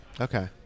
Okay